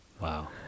Wow